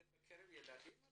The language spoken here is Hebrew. זה בקרב ילדים?